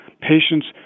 patients